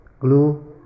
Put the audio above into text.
glue